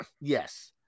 Yes